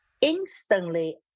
instantly